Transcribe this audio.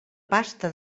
pasta